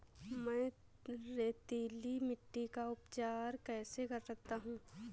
मैं रेतीली मिट्टी का उपचार कैसे कर सकता हूँ?